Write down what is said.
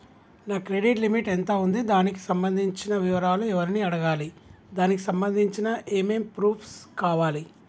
నా credit limit ఎంత ఉంది? దానికి సంబంధించిన వివరాలు ఎవరిని అడగాలి? దానికి సంబంధించిన ఏమేం ప్రూఫ్స్ కావాలి?